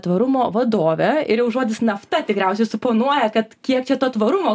tvarumo vadovė ir jau žodis nafta tikriausiai suponuoja kad kiek čia to tvarumo